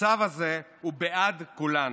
הצו הזה הוא בעד כולנו.